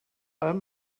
allem